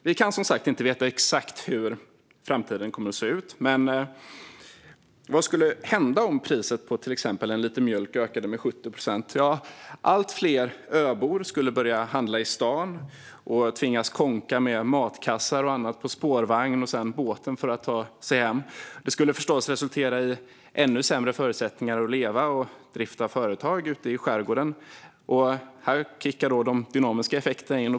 Vi kan som sagt inte veta exakt hur framtiden kommer att se ut, men vad skulle hända om priset på till exempel en liter mjölk ökade med 70 procent? Allt fler öbor skulle börja handla i stan och tvingas kånka matkassar och annat på spårvagnen och båten på väg hem. Det skulle förstås resultera i ännu sämre förutsättningar att leva och drifta företag ute i skärgården. Här kickar de dynamiska effekterna in.